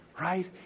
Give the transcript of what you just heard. Right